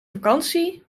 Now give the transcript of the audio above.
vakantie